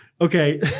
Okay